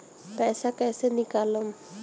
पैसा कैसे निकालम?